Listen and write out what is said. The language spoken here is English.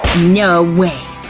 no way!